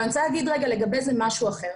אבל אני רוצה להגיד לגבי זה משהו אחר.